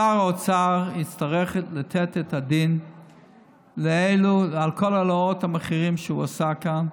שר האוצר יצטרך לתת את הדין על כל העלאות המחירים שהוא עשה כאן.